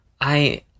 I